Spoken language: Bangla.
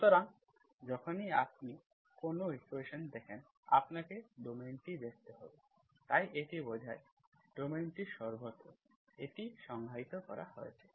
সুতরাং যখনই আপনি কোনও ইকুয়েশন্স দেখেন আপনাকে ডোমেইনটি দেখতে হবে তাই এটি বোঝায় ডোমেইনটি সর্বত্র এটি সংজ্ঞায়িত করা হয়েছে